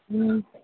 हा